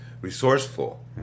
resourceful